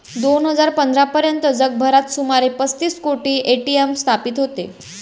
दोन हजार पंधरा पर्यंत जगभरात सुमारे पस्तीस कोटी ए.टी.एम स्थापित होते